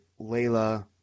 Layla